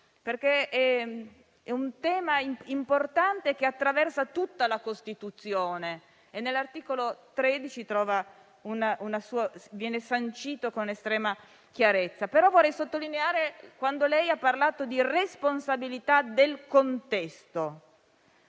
perché è un tema importante che lo si ritrova in tutta la Costituzione. Nell'articolo 13 viene sancito con estrema chiarezza, però vorrei sottolineare quando lei ha parlato di responsabilità del contesto.